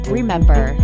remember